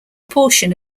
portion